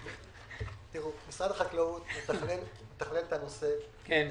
משרד החקלאות מתכלל את הנושא אבל